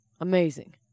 amazing